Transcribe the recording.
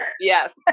Yes